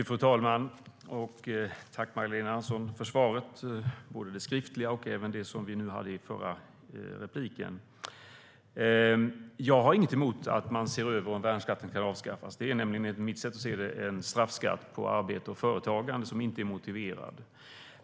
Fru talman! Tack, Magdalena Andersson, både för det skriftliga svaret och för det som vi nu hörde i hennes inlägg! Jag har inget emot att man ser över om värnskatten ska avskaffas. Det är enligt mitt sätt att se en straffskatt på arbete och företagande som inte är motiverad.